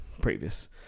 previous